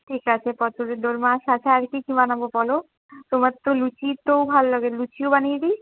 ঠিক আছে পটলের দোরমা সাথে আর কি কি বানাবো বলো তোমার তো লুচি তো ভাল্লাগে লুচিও বানিয়ে দিই